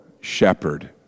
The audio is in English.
shepherd